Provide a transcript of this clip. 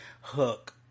hook